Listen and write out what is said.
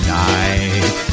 night